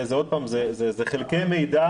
עוד פעם, זה חלקי מידע